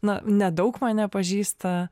na nedaug mane pažįsta